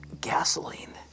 gasoline